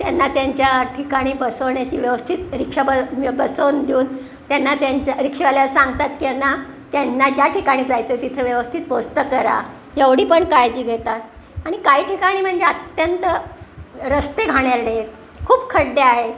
त्यांना त्यांच्या ठिकाणी बसवण्याची व्यवस्थित रिक्षा ब बसवून देऊन त्यांना त्यांच्या रिक्षेवाल्या सांगतात की त्यांना त्यांना ज्या ठिकाणी जायचं आहे तिथं व्यवस्थित पोचतं करा एवढी पण काळजी घेतात आणि काही ठिकाणी म्हणजे अत्यंत रस्ते घाणेरडे खूप खड्डे आहे